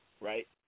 right